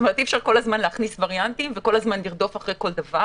אי-אפשר כל הזמן להכניס וריאנטים וכל הזמן לרדוף אחרי כל דבר.